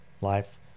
Life